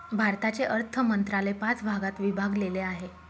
भारताचे अर्थ मंत्रालय पाच भागात विभागलेले आहे